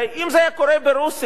הרי אם זה היה קורה ברוסיה,